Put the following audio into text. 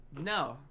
no